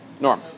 Norm